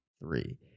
Three